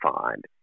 find